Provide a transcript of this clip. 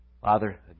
Father